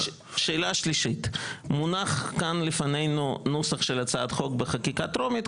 שאלה שלישית: מונח כאן לפנינו נוסח של הצעת חוק בחקיקה טרומית,